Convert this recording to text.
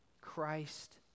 Christ